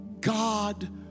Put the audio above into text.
God